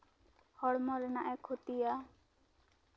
ᱦᱚᱲᱢᱚ ᱨᱮᱱᱟᱜ ᱮ ᱠᱷᱚᱛᱤᱭᱟ